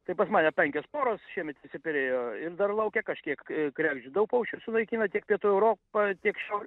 tai pas mane penkios poros šiemet išsiperėjo ir dar lauke kažkiek kregždžių daug paukščių sunaikino tiek pietų europatiek šiaurės